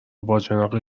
باجناق